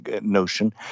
notion